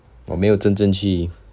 我没有真正去